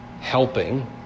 helping